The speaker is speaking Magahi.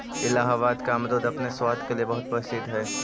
इलाहाबाद का अमरुद अपने स्वाद के लिए बहुत प्रसिद्ध हई